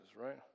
right